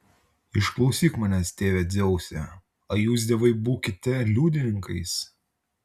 išklausyk manęs tėve dzeuse o jūs dievai būkite liudininkais